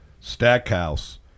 stackhouse